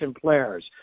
players